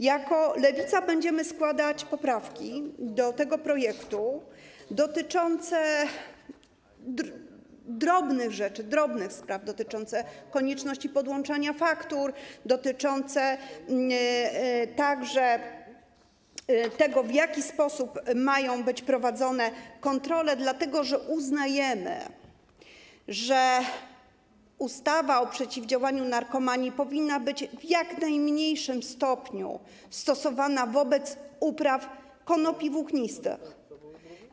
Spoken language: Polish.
Jako Lewica będziemy składać poprawki do tego projektu dotyczące drobnych rzeczy, drobnych spraw: konieczności podłączania faktur, tego, w jaki sposób mają być prowadzone kontrole, dlatego że uznajemy, że ustawa o przeciwdziałaniu narkomanii powinna być w jak najmniejszym stopniu stosowana wobec upraw konopi włóknistych.